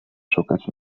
szukać